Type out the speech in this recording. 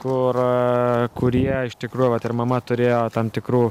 kur kurie iš tikrųjų vat ir mama turėjo tam tikrų